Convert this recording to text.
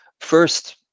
First